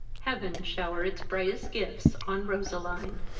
heaven shower its brightest gifts on roseline!